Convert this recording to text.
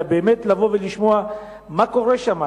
אלא באמת לבוא ולשמוע מה קורה שם,